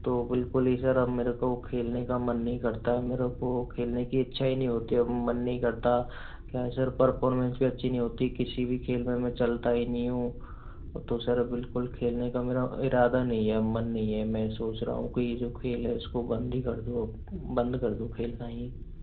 तो बिल्कुल ही सर अब मेरे को खेलने का मन नहीं करता है मेरे को खेलने की इच्छा ही नहीं होती अब मन नहीं करता क्या है सर परफ़ॉरमेंस भी अच्छी नहीं होती किसी भी खेल में मैं चलता ही नही हूँ तो सर बिल्कुल खेलने का मेरा इरादा नहीं है अब मन नहीं है मैं सोच रहा हूँ कि ये जो खेल है उसको बंद ही कर दूँ अब बंद कर दूँ खेलना ही